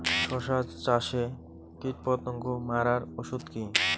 শসা চাষে কীটপতঙ্গ মারার ওষুধ কি?